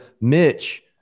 Mitch